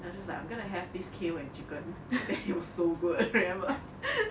then I just like I'm gonna have this kale and chicken then it was so good remember